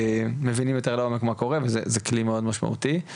מבינים יותר לעומק מה קורה, וזה כלי מאוד משמעותי.